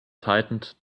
tightened